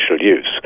use